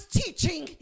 teaching